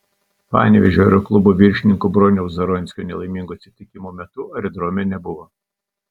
panevėžio aeroklubo viršininko broniaus zaronskio nelaimingo atsitikimo metu aerodrome nebuvo